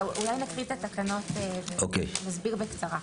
אני אקריא את התקנות ונסביר אותן בקצרה.